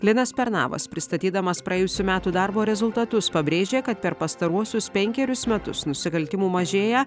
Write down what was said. linas pernavas pristatydamas praėjusių metų darbo rezultatus pabrėžė kad per pastaruosius penkerius metus nusikaltimų mažėja